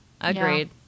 Agreed